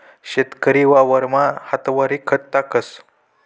शेतकरी वावरमा हातवरी खत टाकस